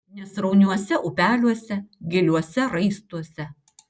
nesrauniuose upeliuose giliuose raistuose